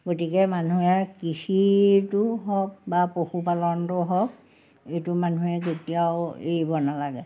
গতিকে মানুহে কৃষিটো হওক বা পশুপালনটো হওক এইটো মানুহে যেতিয়াও এৰিব নালাগে